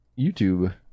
YouTube